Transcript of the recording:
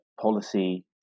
policy